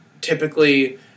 typically